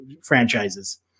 franchises